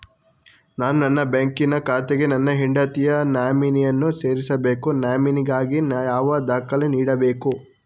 ನಾನು ನನ್ನ ಬ್ಯಾಂಕಿನ ಖಾತೆಗೆ ನನ್ನ ಹೆಂಡತಿಯ ನಾಮಿನಿಯನ್ನು ಸೇರಿಸಬೇಕು ನಾಮಿನಿಗಾಗಿ ಯಾವ ದಾಖಲೆ ನೀಡಬೇಕು?